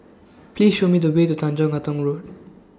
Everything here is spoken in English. Please Show Me The Way to Tanjong Katong Road